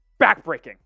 backbreaking